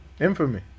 Infamy